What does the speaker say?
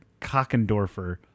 Cockendorfer